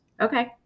Okay